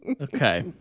Okay